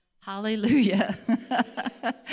Hallelujah